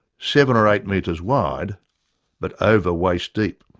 seven or eight metres wide but over waist deep!